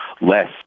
less